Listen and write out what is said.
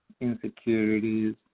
insecurities